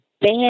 Bad